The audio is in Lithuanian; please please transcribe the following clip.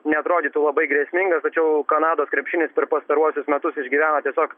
neatrodytų labai grėsmingas tačiau kanados krepšinis per pastaruosius metus išgyvena tiesiog